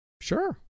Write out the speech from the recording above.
Sure